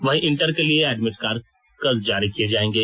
वहीं इंटर के लिए एडमिट कार्ड कल जारी किए जाएंगे